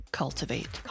cultivate